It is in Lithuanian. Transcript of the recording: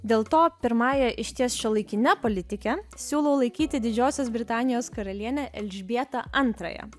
dėl to pirmąja išties šiuolaikine politike siūlau laikyti didžiosios britanijos karalienę elžbietą antrąją